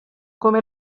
come